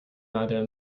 neither